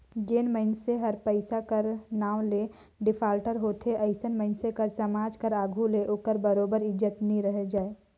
जेन मइनसे हर पइसा कर नांव ले डिफाल्टर होथे अइसन मइनसे कर समाज कर आघु में ओकर बरोबेर इज्जत नी रहि जाए